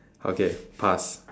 okay pass